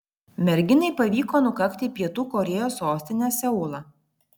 merginai pavyko nukakti į pietų korėjos sostinę seulą